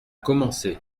commencer